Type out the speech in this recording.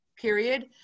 period